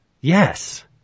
yes